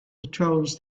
patrols